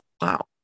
wow